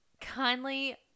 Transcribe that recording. Kindly